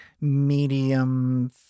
medium